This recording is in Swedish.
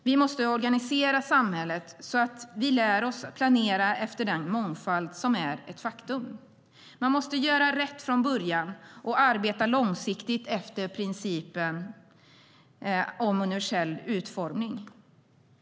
Vi måste organisera samhället så att vi lär oss att planera efter den mångfald som är ett faktum. Man måste göra rätt från början och arbeta långsiktigt efter principen om universell utformning.